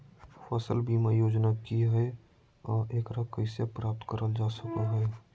फसल बीमा योजना की हय आ एकरा कैसे प्राप्त करल जा सकों हय?